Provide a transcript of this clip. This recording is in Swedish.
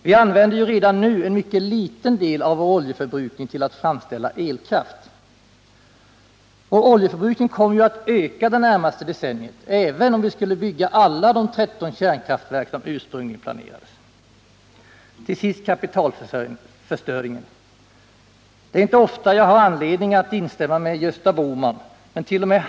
Vi använder ju redan nu en mycket liten del av vår oljeförbrukning till att framställa elkraft. Vår oljeförbrukning kommer ju att öka det närmaste decenniet, även om vi skulle bygga de 13 kärnkraftverk som ursprunglingen planerades. Till sist kapitalförstöringen. Det är inte ofta jag har anledning att instämma med Gösta Bohman, ment.o.m.